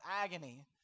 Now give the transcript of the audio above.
agony